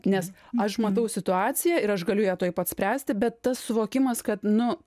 nes aš matau situaciją ir aš galiu ją tuoj pat spręsti bet tas suvokimas kad nu